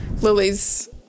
Lily's